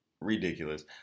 ridiculous